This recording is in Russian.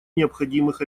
необходимых